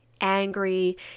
angry